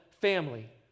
family